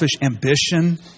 ambition